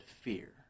fear